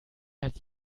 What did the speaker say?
hat